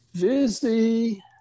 busy